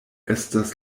estas